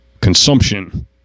Consumption